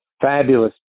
fabulous